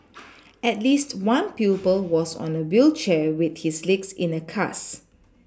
at least one pupil was on a wheelchair with his legs in a cast